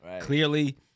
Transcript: Clearly